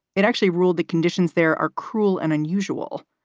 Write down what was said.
it actually ruled the conditions there are cruel and unusual.